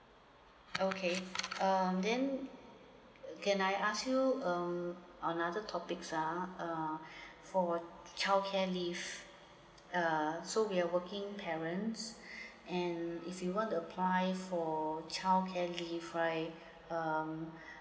okay um then can I ask you um on other topics ah uh for childcare leave uh so we're working parents and if you want to apply for childcare leave right um